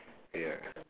ya